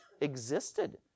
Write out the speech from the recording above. existed